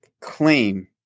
claim